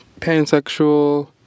pansexual